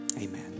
Amen